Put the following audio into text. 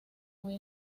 muy